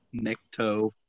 Necto